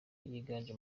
yiganje